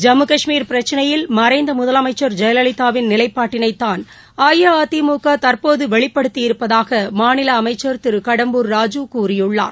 ஜம்மு கஷ்மீர் பிரச்சினையில் மறைந்த முதலமைச்சர் ஜெயலலிதாவின் நிலைப்பாட்டினைத்தான் அஇஅதிமுக தற்போது வெளிப்படுத்தி இருப்பதாக மாநில அமைச்ச் திரு கடம்பூர் ராஜு கூறியுள்ளார்